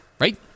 right